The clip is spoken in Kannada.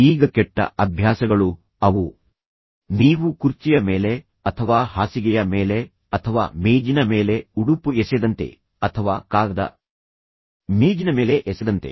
ಈಗ ಕೆಟ್ಟ ಅಭ್ಯಾಸಗಳು ಅವು ನೀವು ಕುರ್ಚಿಯ ಮೇಲೆ ಅಥವಾ ಹಾಸಿಗೆಯ ಮೇಲೆ ಅಥವಾ ಮೇಜಿನ ಮೇಲೆ ಉಡುಪು ಎಸೆದಂತೆ ಅಥವಾ ಕಾಗದ ಮೇಜಿನ ಮೇಲೆ ಎಸೆದಂತೆ